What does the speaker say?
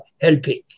helping